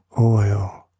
oil